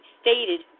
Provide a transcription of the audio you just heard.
stated